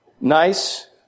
Nice